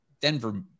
Denver